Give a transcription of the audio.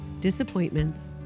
disappointments